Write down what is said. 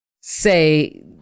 say